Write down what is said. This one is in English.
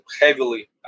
heavily